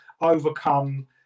overcome